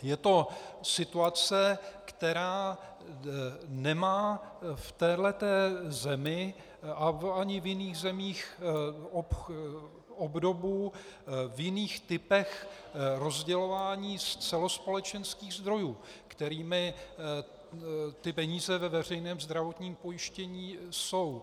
Je to situace, která nemá v téhle zemi a ani v jiných zemích obdobu v jiných typech rozdělování z celospolečenských zdrojů, kterými peníze ve veřejném zdravotním pojištění jsou.